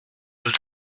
nous